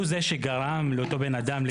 הוא זה שגרם לאותו בן אדם להתנגד